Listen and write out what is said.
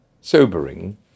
sobering